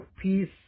peace